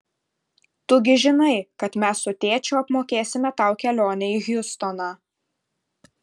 tu gi žinai kad mes su tėčiu apmokėsime tau kelionę į hjustoną